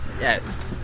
Yes